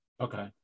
Okay